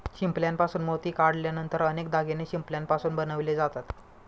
शिंपल्यापासून मोती काढल्यानंतर अनेक दागिने शिंपल्यापासून बनवले जातात